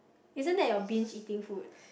isn't that your binge eating food